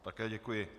Také děkuji.